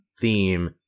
theme